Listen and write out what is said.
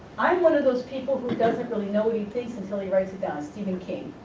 i'm one of those people who doesn't really know what he thinks until he writes it down, stephen king.